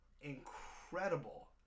incredible